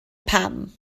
pam